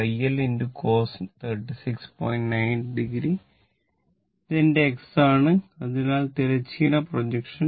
9o ഇത് എന്റെ x ആണ് അതിനാൽ തിരശ്ചീന പ്രൊജക്ഷൻ